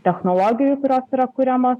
technologijų kurios yra kuriama